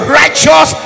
righteous